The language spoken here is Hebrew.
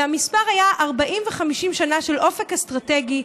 והמספר היה 40 או 50 שנה של אופק אסטרטגי,